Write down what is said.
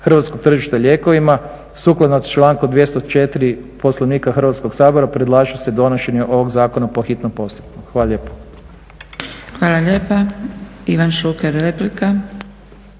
hrvatskog tržišta lijekovima, sukladno članku 204. Poslovnika Hrvatskog sabora predlaže se donošenje ovog zakona po hitnom postupku. Hvala lijepo. **Zgrebec, Dragica